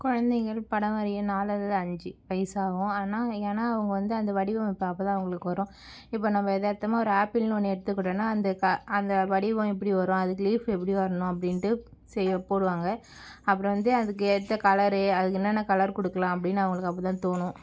குழந்தைகள் படம் வரைய நாலு அல்லது அஞ்சு வயசாவும் ஆனால் ஏன்னா அவங்க வந்து அந்த வடிவமைப்பு அப்போதான் அவங்களுக்கு வரும் இப்போ நம்ப எதார்தமாக ஒரு ஆப்பிள்னு ஒன்று எடுத்துகிட்டோன்னா அந்த க அந்த வடிவம் எப்படி வரும் அதுக்கு லீஃப் எப்படி வரணும் அப்படின்ட்டு செய்ய போடுவாங்க அப்புறம் வந்து அதுக்கு ஏற்ற கலரு அதுக்கு என்னென்ன கலர் கொடுக்கலாம் அப்படினு அவங்களுக்கு அப்போதான் தோணும்